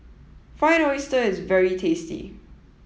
Fried Oyster is very tasty